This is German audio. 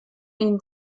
ihnen